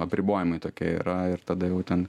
apribojimai tokie yra ir tada jau ten